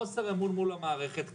חוסר אמון מול המערכת,